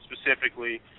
specifically